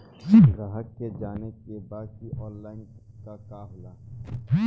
ग्राहक के जाने के बा की ऑनलाइन का होला?